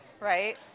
right